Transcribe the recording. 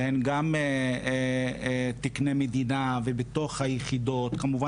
שהם גם תקני מדינה ובתוך היחידות אמרנו